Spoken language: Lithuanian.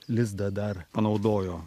lizdą dar panaudojo